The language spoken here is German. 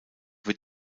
wird